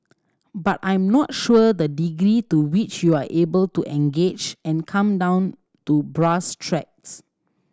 but I'm not sure the degree to which you are able to engage and come down to brass tracks